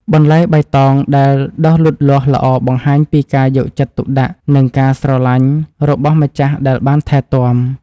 បន្លែបៃតងដែលដុះលូតលាស់ល្អបង្ហាញពីការយកចិត្តទុកដាក់ និងការស្រឡាញ់របស់ម្ចាស់ដែលបានថែទាំ។